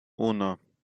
uno